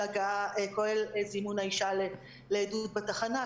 כולל זימון האישה לעדות בתחנה,